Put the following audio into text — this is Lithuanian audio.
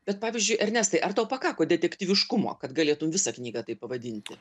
bet pavyzdžiui ernestai ar tau pakako detektyviškumo kad galėtum visą knygą taip pavadinti